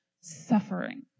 suffering